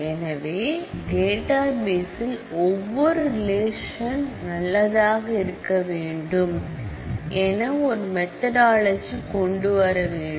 எனவே டேட்டா பேசில் ஒவ்வொரு ரிலேஷன் நல்லதாக இருக்கவேண்டும் என ஒரு மெதொடாலஜி கொண்டு வரவேண்டும்